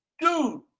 dude